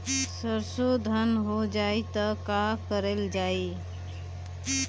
सरसो धन हो जाई त का कयील जाई?